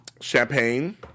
champagne